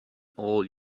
all